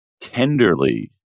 tenderly